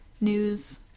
news